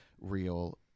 real